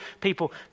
people